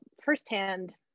firsthand